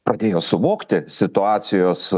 pradėjo suvokti situacijos